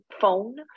phone